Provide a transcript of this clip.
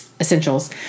essentials